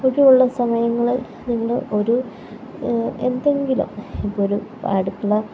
ഒഴിവുള്ള സമയങ്ങളിൽ നിങ്ങൾ ഒരു എന്തെങ്കിലും ഇപ്പം ഒരു അടുക്കള